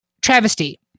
travesty